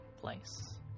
place